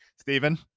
Stephen